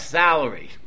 salary